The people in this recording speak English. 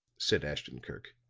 said ashton-kirk.